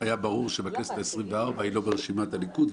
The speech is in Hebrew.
היה ברור שבכנסת העשרים-וארבע היא לא ברשימת הליכוד,